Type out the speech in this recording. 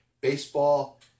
Baseball